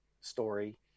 story